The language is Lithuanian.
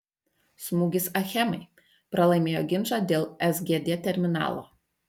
smūgis achemai pralaimėjo ginčą dėl sgd terminalo